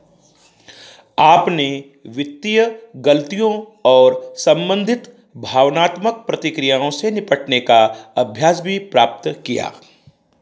आपने वित्तीय गलतियों और संबंधित भावनात्मक प्रतिक्रियाओं से निपटने का अभ्यास भी प्राप्त किया